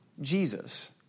Jesus